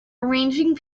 arranging